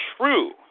true